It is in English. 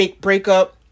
breakup